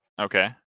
Okay